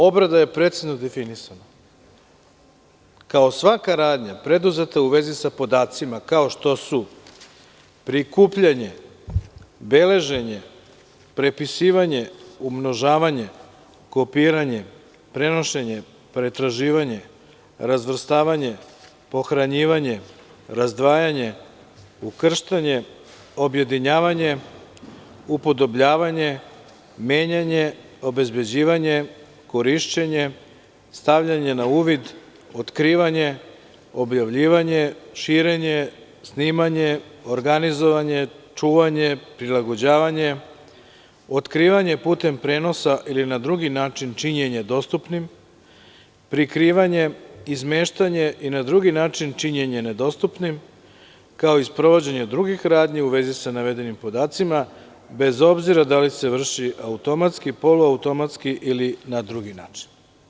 Obrada je precizno definisana kao svaka radnja preduzeta u vezi sa podacima, kao što su prikupljanje, beleženje, prepisivanje, umnožavanje, kopiranje, prenošenje, pretraživanje, razvrstavanje, pohranjivanje, razdvajanje, ukrštanje, objedinjavanje, upodobljavanje, menjanje, obezbeđivanje, korišćenje, stavljanje na uvid, otkrivanje, objavljivanje, širenje, snimanje, organizovanje, čuvanje, prilagođavanje, otkrivanje putem prenosa ili na drugi način činjenje dostupnim, prikrivanje, izmeštanje i na drugi način činjenje dostupnim, kao i sprovođenje drugih radnji u vezi sa navedenim podacima bez obzira da li se vrši automatski, poluautomatski ili na drugi način.